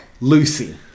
Lucy